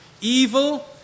Evil